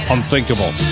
Unthinkable